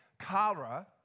kara